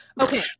Okay